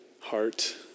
heart